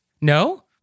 No